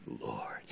Lord